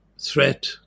threat